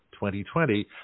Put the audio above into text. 2020